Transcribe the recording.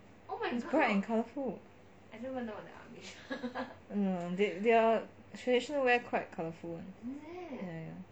it's bright and colourful no no their traditional wear quite colourful [one] ya ya